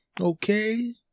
okay